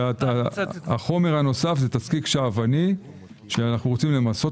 החומר הנוסף זה תזקיק שעווני שאנו רוצים למסות